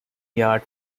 yard